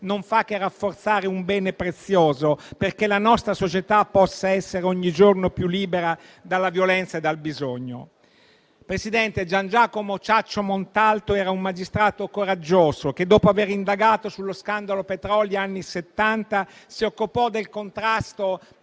non fa che rafforzare un bene prezioso perché la nostra società possa essere ogni giorno più libera dalla violenza e dal bisogno. Presidente, Gian Giacomo Ciaccio Montalto era un magistrato coraggioso che dopo aver indagato sullo scandalo petroli negli anni Settanta si occupò del contrasto